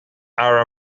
are